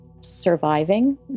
surviving